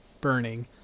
burning